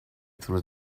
through